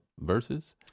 verses